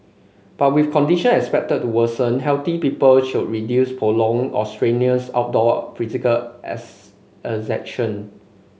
but with condition expected to worsen healthy people should reduce prolonged or strenuous outdoor physical exertion